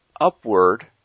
upward